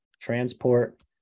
transport